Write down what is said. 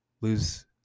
lose